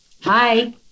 Hi